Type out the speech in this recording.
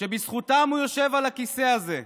שבזכותם הוא יושב על הכיסא הזה.